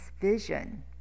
vision